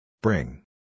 Bring